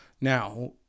Now